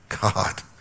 God